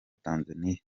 tanzaniya